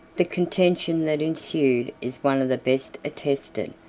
the contention that ensued is one of the best attested,